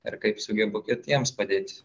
ir kaip sugebu kitiems padėti